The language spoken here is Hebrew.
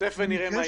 שוטף ונראה מה יהיה.